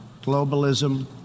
Globalism